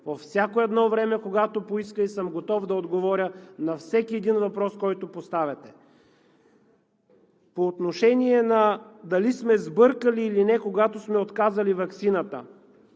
по всяко едно време, когато поиска и съм готов да отговоря на всеки един въпрос, който поставите. По отношение на това дали сме сбъркали или не, когато сме отказали ваксината.